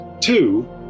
two